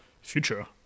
future